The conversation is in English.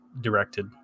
directed